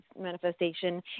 manifestation